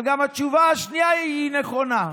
אבל גם התשובה השנייה היא נכונה,